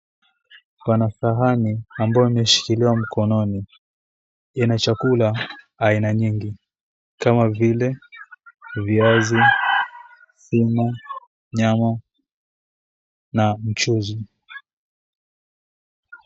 Kuna sahani ambayo imeshikilia mkononi ina chakula aina nyingi kama vile viazi, sima, nyama na mchuzi.